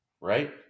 Right